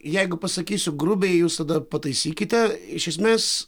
jeigu pasakysiu grubiai jūs tada pataisykite iš esmės